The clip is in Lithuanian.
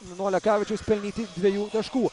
nuo lekavičiaus pelnyti dviejų taškų